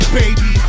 baby